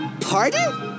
Pardon